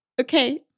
Okay